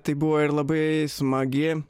tai buvo ir labai smagi